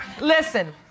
Listen